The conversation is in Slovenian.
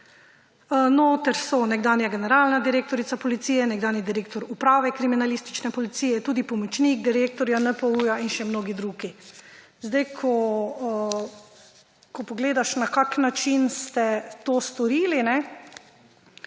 Notri so nekdanja generalna direktorica policije, nekdanji direktor Uprave kriminalistične policije, tudi pomočnik direktorja NPU in še mnogi drugi. Ko pogledaš, na kakšen način ste to storili,